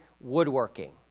woodworking